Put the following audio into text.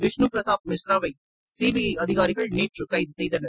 விஷ்ணு பிரதாப் மிஸ்ரா வை சிபிஐ அதிகாரிகள் நேற்று கைது செய்தனர்